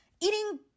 eating